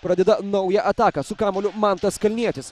pradeda naują ataką su kamuoliu mantas kalnietis